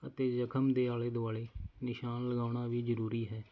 ਅਤੇ ਜ਼ਖ਼ਮ ਦੇ ਆਲੇ ਦੁਆਲੇ ਨਿਸ਼ਾਨ ਲਗਾਉਣਾ ਵੀ ਜ਼ਰੂਰੀ ਹੈ